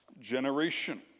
generation